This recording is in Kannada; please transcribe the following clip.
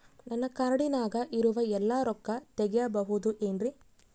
ನನ್ನ ಕಾರ್ಡಿನಾಗ ಇರುವ ಎಲ್ಲಾ ರೊಕ್ಕ ತೆಗೆಯಬಹುದು ಏನ್ರಿ?